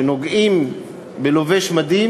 כשנוגעים בלובש מדים,